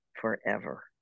forever